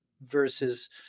versus